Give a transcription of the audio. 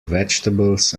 vegetables